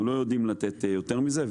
אנחנו לא יודעים לתת יותר מזה.